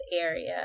area